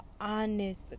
honest